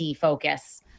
focus